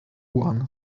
one